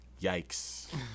Yikes